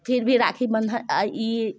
फिर भी राखी बन्धन ई